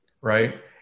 right